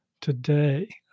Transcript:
today